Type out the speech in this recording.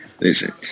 listen